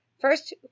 First